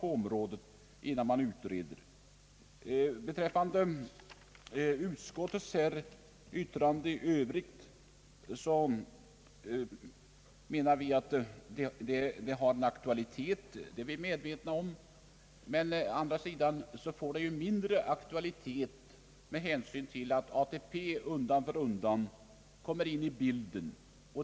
Vi är medvetna om att utskottets yttrande i övrigt har en viss aktualitet, men å andra sidan får det mindre aktualitet med hänsyn till att ATP undan för undan kommer in i bilden.